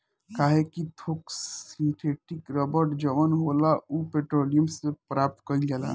काहे कि थोक सिंथेटिक रबड़ जवन होला उ पेट्रोलियम से प्राप्त कईल जाला